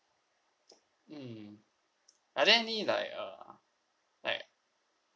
mm are there any like uh like